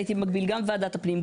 הייתי במקביל גם בוועדת הפנים,